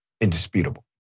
indisputable